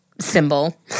symbol